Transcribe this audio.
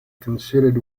considered